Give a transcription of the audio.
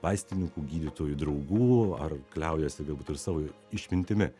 vaistininkų gydytojų draugų ar kliaujasi galbūt ir savo išmintimi